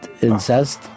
incest